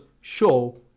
show